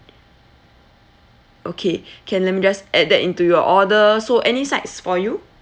okay can let me just add that into your order so any sides for you